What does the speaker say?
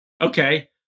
Okay